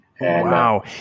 Wow